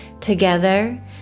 Together